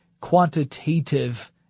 quantitative